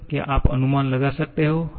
क्या आप अनुमान लगा सक्ते हो